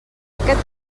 aquest